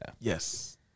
Yes